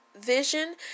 vision